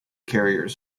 carriers